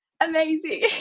Amazing